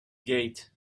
gate